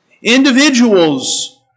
Individuals